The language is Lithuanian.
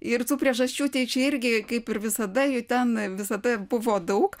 ir tų priežasčių tai čia irgi kaip ir visada jų ten visada buvo daug